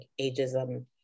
ageism